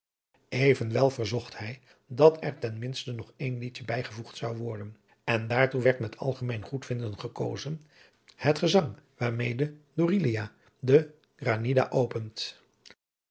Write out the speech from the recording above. evenwel verzocht hij dat er ten minste nog één liedje bij gevoegd zou worden en daartoe werd met algemeen goedvinden gekozen het gezang waarmede dorilea de granida opent